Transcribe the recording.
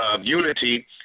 Unity